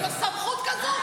זו עובדה.